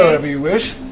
wherever you wish.